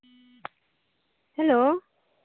hello